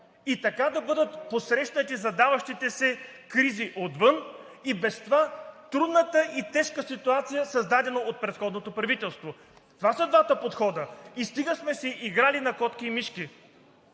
Така да бъдат посрещнати и задаващите се кризи отвън и в без това трудната и тежка ситуация, създадена от предходното правителство. Това са двата подхода и стига сме си играли на котки и мишки.